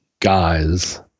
guys